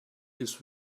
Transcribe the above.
his